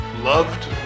loved